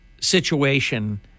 situation